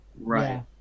Right